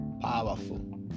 Powerful